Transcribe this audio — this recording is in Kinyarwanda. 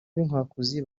ab’inkwakuzi